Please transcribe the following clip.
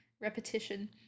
repetition